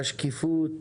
בשקיפות,